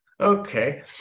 Okay